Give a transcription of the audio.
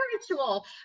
spiritual